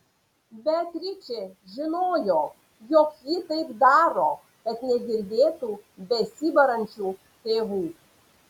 beatričė žinojo jog ji taip daro kad negirdėtų besibarančių tėvų